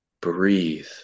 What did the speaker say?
breathe